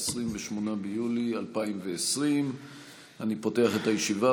28 ביולי 2020. אני פותח את הישיבה.